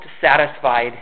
satisfied